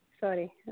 sorry